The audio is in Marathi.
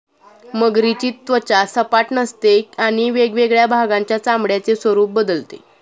मगरीची त्वचा सपाट नसते आणि वेगवेगळ्या भागांच्या चामड्याचे स्वरूप बदलते